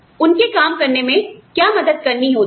उनकी काम करने में क्या मदद करनी होती है